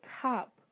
top